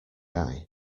eye